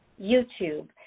YouTube